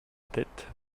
tête